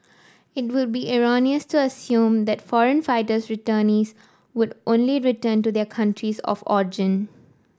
it would be erroneous to assume that foreign fighter returnees would only return to their countries of origin